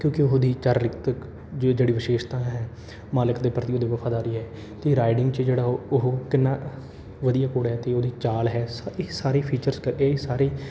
ਕਿਉਂਕਿ ਉਹਦੀ ਚਾਰਲਿਕਤਕ ਜੋ ਜਿਹੜੀ ਵਿਸ਼ੇਸ਼ਤਾ ਹੈ ਮਾਲਕ ਦੇ ਪ੍ਰਤੀ ਉਹਦੀ ਵਫ਼ਾਦਾਰੀ ਹੈ ਅਤੇ ਰਾਈਡਿੰਗ 'ਚ ਜਿਹੜਾ ਉਹ ਉਹ ਕਿੰਨਾ ਵਧੀਆ ਘੋੜਾ ਹੈ ਅਤੇ ਉਹਦੀ ਚਾਲ ਹੈ ਸਾ ਸਾਰੇ ਫੀਚਰਸ ਕਰਕੇ ਇਹ ਸਾਰੇ